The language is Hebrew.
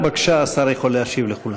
בבקשה, השר יכול להשיב לכולם.